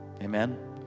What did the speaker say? Amen